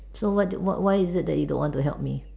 so why the why why is it that you don't want to help me